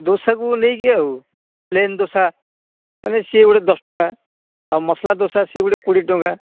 ଦୋସାକୁ ନେଇକି ଆଉ ପ୍ଲେନ ଦୋସା ମାନେ ସିଏ ଗୋଟେ ଦଶ ଟଙ୍କା ଆଉ ମସଲା ଦୋସା ସିଏ ଗୋଟେ କୋଡ଼ିଏ ଟଙ୍କା